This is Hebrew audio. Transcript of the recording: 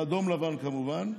ואדום לבן, כמובן,